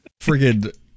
friggin